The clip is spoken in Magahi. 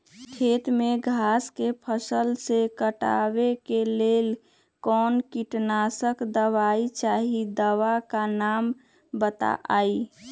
खेत में घास के फसल से हटावे के लेल कौन किटनाशक दवाई चाहि दवा का नाम बताआई?